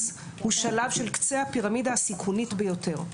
הוא שלב של קצה הפירמידה הסיכונית ביותר.